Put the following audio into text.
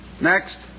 Next